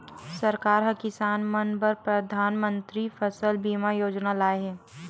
सरकार ह किसान मन बर परधानमंतरी फसल बीमा योजना लाए हे